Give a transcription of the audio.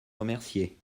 remercier